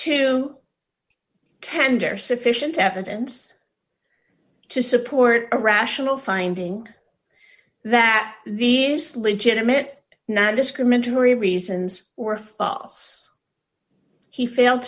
to tender sufficient evidence to support a rational finding that these legitimate not discriminatory reasons were fos he failed